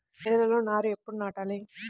నేలలో నారు ఎప్పుడు నాటాలి?